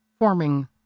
forming